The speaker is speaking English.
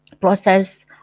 process